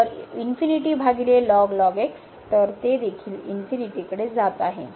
तर भागिले तर हे देखील कडे जात आहे